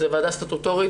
זו ועדה סטטוטורית,